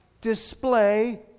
display